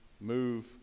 move